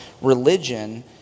religion